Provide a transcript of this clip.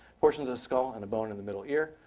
portions of the skull, and a bone in the middle ear.